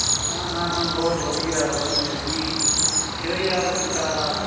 ਹਾਂ ਹਾਂ ਹਾਂ ਬਹੁਤ ਵਧੀਆ ਵਧੀਆ ਜੀ ਕਿਵੇਂ ਯਾਦ ਕੀਤਾ